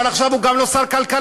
אבל עכשיו הוא גם לא שר הכלכלה.